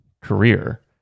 career